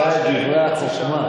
תישא את דברי החוכמה,